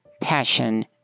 passion